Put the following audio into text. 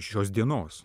šios dienos